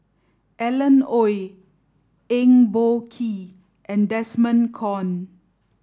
Alan Oei Eng Boh Kee and Desmond Kon